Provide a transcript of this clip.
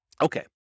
Okay